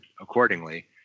accordingly